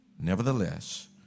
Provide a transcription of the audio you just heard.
Nevertheless